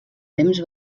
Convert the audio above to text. temps